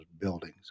buildings